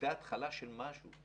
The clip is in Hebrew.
הייתה התחלה של משהו.